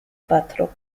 patro